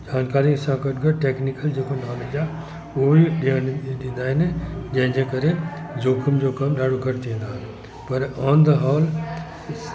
जानकारीअ सां गॾु गॾु टेक्नीकल जेको नॉलेज आहे उहो बि ॾियण ॾींदा आहिनि जंहिंजे करे जोखम जो कमु ॾाढो घटि थी वेंदो आहे पर ऑन द हॉर